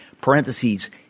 Parentheses